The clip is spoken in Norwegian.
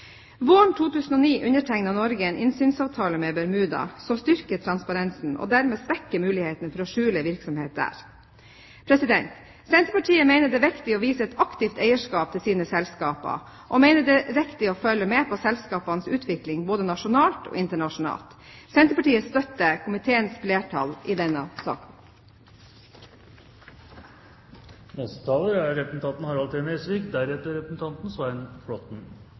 Våren 2009 undertegnet Norge en innsynsavtale med Bermuda som styrker transparensen og dermed svekker muligheten for å skjule virksomhet der. Senterpartiet mener det er viktig å vise et aktivt eierskap til sine selskaper, og mener det er riktig å følge med på selskapenes utvikling både nasjonalt og internasjonalt. Senterpartiet støtter komiteens flertall i denne saken.